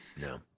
No